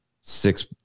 six